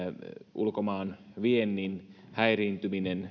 ulkomaanviennin häiriintyminen